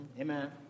Amen